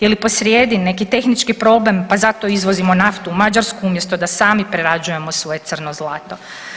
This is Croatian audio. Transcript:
Je li posrijedi neki tehnički problem pa zato izvozimo naftu u Mađarsku umjesto da sami prerađujemo svoje crno zlato?